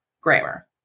grammar